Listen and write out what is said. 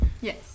Yes